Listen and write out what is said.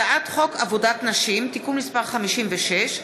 הצעת חוק עבודת נשים (תיקון מס' 56)